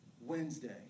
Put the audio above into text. Wednesday